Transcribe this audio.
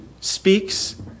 speaks